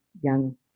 young